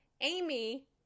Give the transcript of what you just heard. Amy